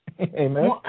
Amen